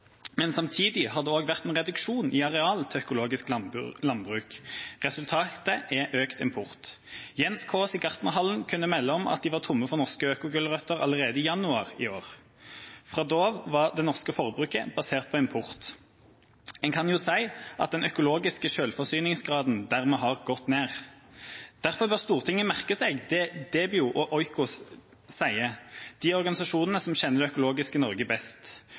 men hvor kommer veksten? For tre–fire år sida hadde vi overproduksjon av økologiske grønnsaker her i landet. Sida har etterspørselen bare økt. Samtidig har det også vært en reduksjon i areal til økologisk landbruk. Resultatet er økt import. Jens Kaas i Gartnerhallen kunne melde om at de var tomme for norske økogulrøtter allerede i januar i år. Fra da av var det norske forbruket basert på import. En kan si at den økologiske selvforsyningsgraden dermed har gått ned. Derfor bør Stortinget merke seg det Debio og